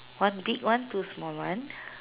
one big one two small one